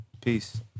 Peace